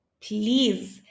please